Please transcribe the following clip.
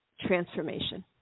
transformation